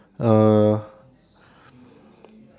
uh